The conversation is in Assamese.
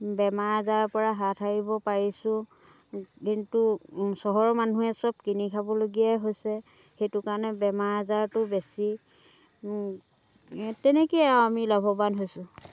বেমাৰ আজাৰৰ পৰা হাত সাৰিব পাৰিছোঁ কিন্তু চহৰৰ মানুহে সব কিনি খাবলগীয়াই হৈছে সেইটো কাৰণে বেমাৰ আজাৰটো বেছি তেনেকৈয়ে আৰু আমি লাভৱান হৈছোঁ